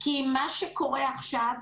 כי מה שקורה עכשיו,